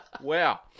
Wow